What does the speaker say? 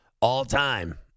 all-time